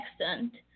extent